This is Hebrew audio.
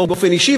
באופן אישי,